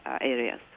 areas